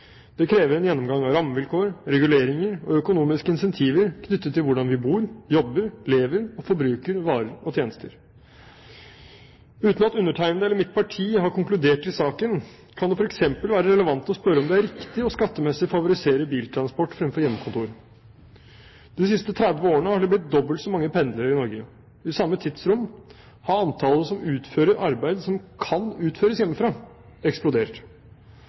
det. Det krever en gjennomgang av rammevilkår, reguleringer og økonomiske incentiver knyttet til hvordan vi bor, jobber, lever og forbruker varer og tjenester. Uten at undertegnede eller mitt parti har konkludert i saken kan det f.eks. være relevant å spørre om det er riktig skattemessig å favorisere biltransport fremfor hjemmekontor. De siste 30 årene er det blitt dobbelt så mange pendlere i Norge. I samme tidsrom har antallet som utfører arbeid som kan utføres hjemmefra, eksplodert.